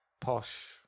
Posh